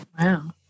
Wow